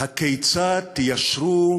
הכיצד תישירו